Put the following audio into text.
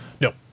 no